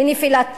לנפילת טילים,